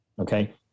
okay